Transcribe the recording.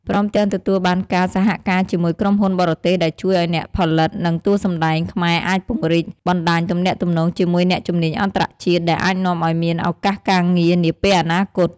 ព្រមទាំងទទួលបានការសហការជាមួយក្រុមហ៊ុនបរទេសដែលជួយឱ្យអ្នកផលិត និងតួសម្ដែងខ្មែរអាចពង្រីកបណ្តាញទំនាក់ទំនងជាមួយអ្នកជំនាញអន្តរជាតិ ដែលអាចនាំឱ្យមានឱកាសការងារនាពេលអនាគត។